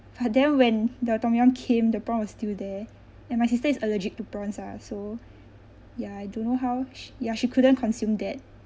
but then when the tom yam came the prawn was still there and my sister is allergic to prawns ah so ya I don't know how she ya she couldn't consume that